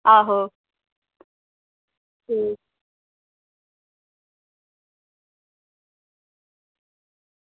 आहो